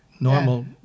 normal